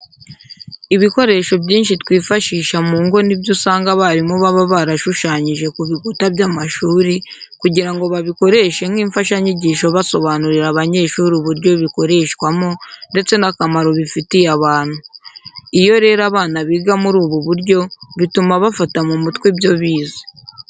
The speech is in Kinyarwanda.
Ibikoresho byinshi twifashisha mu ngo ni byo usanga abarimu baba barashushanyije ku bikuta by'amashuri kugira ngo babikoreshe nk'imfashanyigisho basobanurira abanyeshuri uburyo bikoreshwamo ndetse n'akamaro bifitiye abantu. Iyo rero abana biga muri ubu buryo bituma bafata mu mutwe ibyo bize.